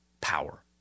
power